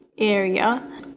area